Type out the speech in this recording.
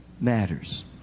matters